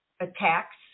attacks